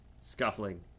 scuffling